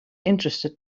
interested